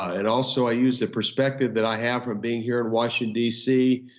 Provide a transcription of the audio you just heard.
and also i use the perspective that i have from being here in washington d c.